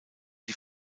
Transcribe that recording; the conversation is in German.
die